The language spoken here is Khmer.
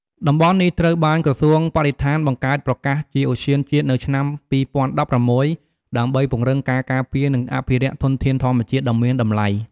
តំបន់នេះត្រូវបានក្រសួងបរិស្ថានបង្កើតប្រកាសជាឧទ្យានជាតិនៅឆ្នាំ ២០១៦ ដើម្បីពង្រឹងការការពារ និងអភិរក្សធនធានធម្មជាតិដ៏មានតម្លៃ។